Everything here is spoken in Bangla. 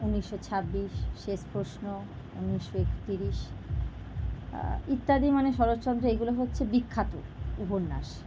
উনিশশো ছাব্বিশ শেষ প্রশ্ন উনিশশো একতিরিশ ইত্যাদি মানে শরৎচন্দ্রের এইগুলো হচ্ছে বিখ্যাত উপন্যাস